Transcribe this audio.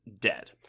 dead